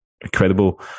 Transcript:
incredible